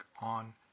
on